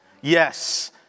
yes